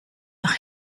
nach